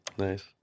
nice